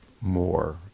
more